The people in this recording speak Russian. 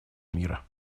мира